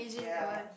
ya